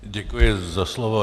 Děkuji za slovo.